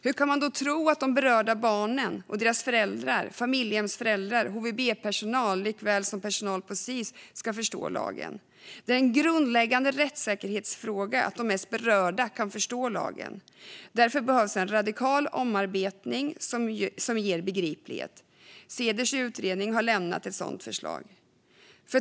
Hur kan man då tro att de berörda barnen och deras föräldrar, familjehemsföräldrar, HVB-personal och personal på Sis ska förstå lagen? Det är en grundläggande rättssäkerhetsfråga att de mest berörda kan förstå lagen. Därför behövs en radikal omarbetning som ger begriplighet. Ceders utredning har lämnat ett sådant förslag.